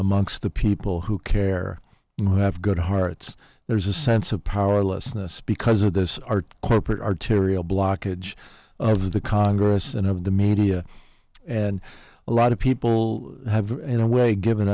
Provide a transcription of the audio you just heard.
amongst the people who care you have good hearts there's a sense of powerlessness because of this our corporate arterial blockage of the congress and of the media and a lot of people have in a way given